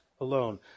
alone